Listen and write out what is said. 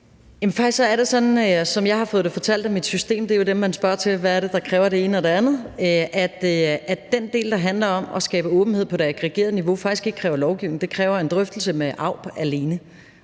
er det sådan, som jeg har fået det fortalt af mit system – det er jo dem, man spørger, hvad det ene og det andet kræver – at den del, der handler om at skabe åbenhed på det aggregerede niveau, faktisk ikke kræver lovgivning; det kræver alene en drøftelse med AUB.